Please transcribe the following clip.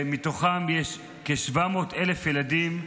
ומתוכם יש כ-700,000 ילדים,